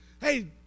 Hey